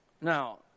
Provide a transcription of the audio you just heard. Now